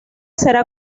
será